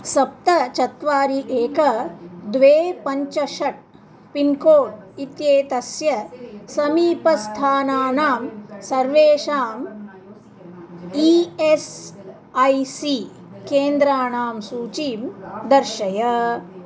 सप्त चत्वारि एक द्वे पञ्च षट् पिन्कोड् इत्येतस्य समीपस्थानानां सर्वेषाम् ई एस् ऐ सी केन्द्राणां सूचीं दर्शय